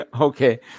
okay